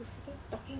you still talking